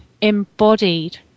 embodied